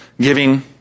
giving